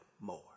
more